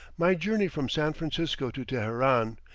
my journey from san francisco to teheran,